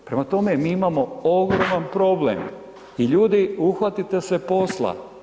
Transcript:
Prema tome, mi imamo ogroman problem i ljudi, uhvatite se posla.